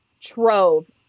trove